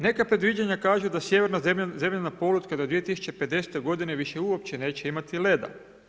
Neka predviđanja kažu da sjeverna zemljina polutka do 2050. godine više uopće neće imati leda.